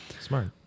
Smart